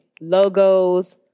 logos